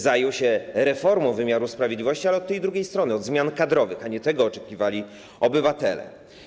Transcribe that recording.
Zajął się reformą wymiaru sprawiedliwości, ale od tej drugiej strony, od zmian kadrowych, a nie tego oczekiwali obywatele.